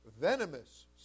venomous